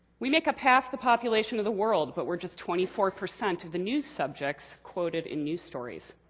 we make up half the population of the world, but we're just twenty four percent of the news subjects quoted in news stories.